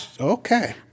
Okay